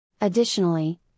Additionally